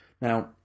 Now